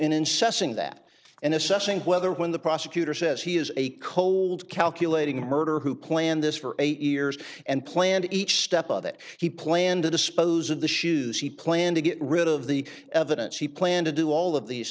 in that and assessing whether when the prosecutor says he is a cold calculating murderer who planned this for eight years and planned each step of it he planned to dispose of the shoes he planned to get rid of the evidence he planned to do all of these